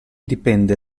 dipende